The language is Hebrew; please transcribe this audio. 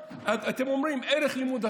אתם אומרים: ערך לימוד התורה.